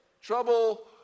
Trouble